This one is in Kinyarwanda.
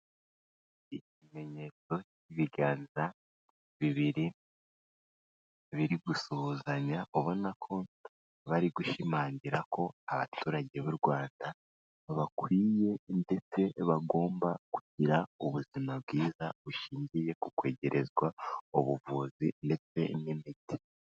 Ibimenyetso by'ibiganza bibiri, biri gusuhuzanya ubona ko bari gushimangira ko abaturage b'u Rwanda bakwiye ndetse bagomba kugira ubuzima bwiza, bushingiye ku kwegerezwa ubuvuzi ndetse n'imiti.